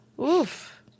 oof